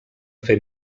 fer